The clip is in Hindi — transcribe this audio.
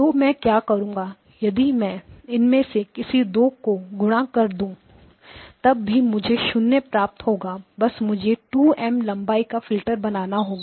तो मैं क्या करुंगा यदि मैं इनमें से किसी दो को गुणा कर तब भी मुझे वही 0 प्राप्त होगा बस मुझे 2M लंबाई का फिल्टर बनाना होगा